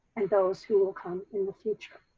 and those who will come in the future.